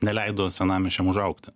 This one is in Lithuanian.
neleido senamiesčiam užaugti